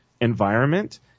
environment